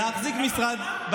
להחזיק משרד, מה?